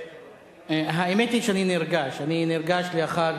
האמת היא שאני נרגש לאחר